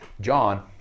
John